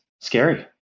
scary